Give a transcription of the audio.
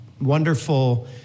Wonderful